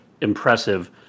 impressive